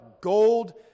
Gold